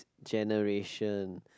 generation